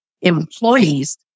employees